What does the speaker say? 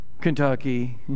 kentucky